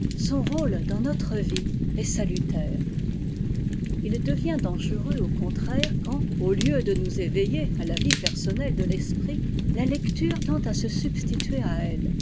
son rôle dans notre vie est salutaire il devient dangereux au contraire quand au lieu de nous éveiller à la vie personnelle de l'esprit la lecture tend à se substituer à elle